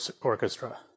Orchestra